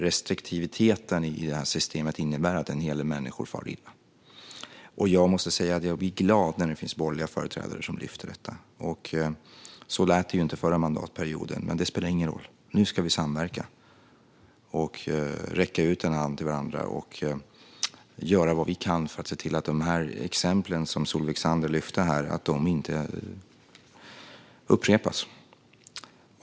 Restriktiviteten i systemet innebär att en hel del människor far illa. Jag måste säga att jag blir glad när det finns borgerliga företrädare som lyfter detta. Så lät det inte förra mandatperioden. Men det spelar ingen roll; nu ska vi samverka och räcka ut en hand till varandra. Vi ska göra vad vi kan för att se till att de exempel som Solveig Zander lyfte inte upprepas.